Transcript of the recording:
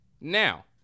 Now